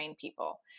people